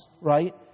right